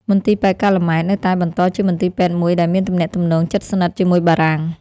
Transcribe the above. មន្ទីរពេទ្យកាល់ម៉ែត នៅតែបន្តជាមន្ទីរពេទ្យមួយដែលមានទំនាក់ទំនងជិតស្និទ្ធជាមួយបារាំង។